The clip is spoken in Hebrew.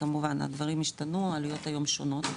כמובן, דברים השתנו, העלויות היום שונות.